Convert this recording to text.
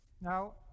Now